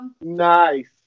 Nice